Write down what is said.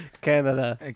Canada